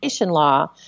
law